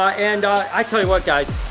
and i tell ya what guys,